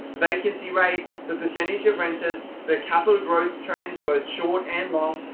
vacancy rates, the percentage of renters, the capital growth trend both short and long,